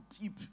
deep